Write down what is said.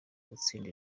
gutsinda